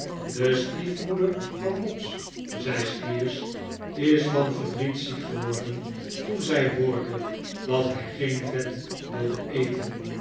de stiefmoeder van mobbs zei squeers is van verdriet ziek geworden toen zij hoorde dat hij geen vet wilde eten